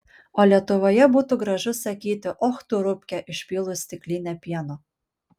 o lietuvoje būtų gražu sakyti och tu rupke išpylus stiklinę pieno